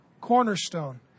cornerstone